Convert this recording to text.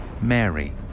Mary